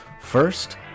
First